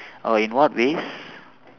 oh in what ways